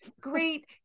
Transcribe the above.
great